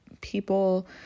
people